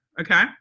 Okay